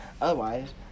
Otherwise